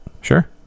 Sure